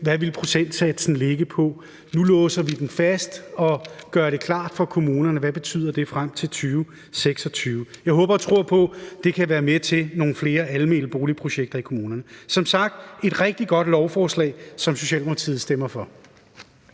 hvad procentsatsen ville ligge på. Nu låser vi den fast og gør det klart for kommunerne, hvad det betyder frem til 2026. Jeg håber og tror på, at det kan være med til nogle flere almene boligprojekter i kommunerne. Som sagt er det et rigtig godt lovforslag, som Socialdemokratiet stemmer for.